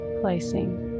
placing